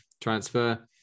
transfer